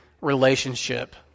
relationship